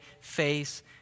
face